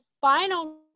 final